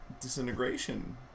disintegration